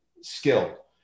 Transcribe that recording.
skill